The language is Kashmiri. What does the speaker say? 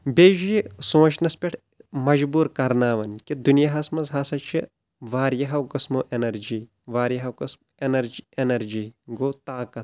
بییٚہِ چھُ یہِ سونٛچنس پٮ۪ٹھ مجبور کرناوان کہِ دُنیا ہس منٛز ہسا چھِ واریاہو قٕسمو ایٚنرجی واریاہو قٕسمو ایٚنرجی ایٚنرجی گوٚو طاقت